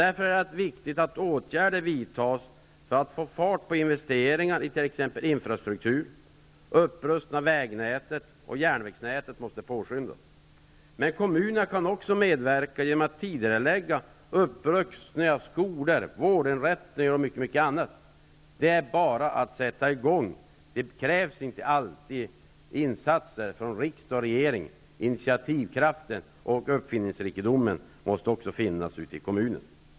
Därför är det viktigt att åtgärder vidtas för att få fart på investeringarna i t.ex. infrastruktur. Arbetet med upprustningen av både vägnätet och järnvägsnätet måste påskyndas. Men kommunerna kan också medverka genom en tidigareläggning av upprustningen av skolor, vårdinrättningar osv. Det är bara att sätta i gång med det arbetet. Det krävs inte alltid insatser från riksdagen och regeringen. Initiativkraft och uppfinningsrikedom måste också finnas ute i kommunerna.